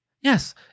Yes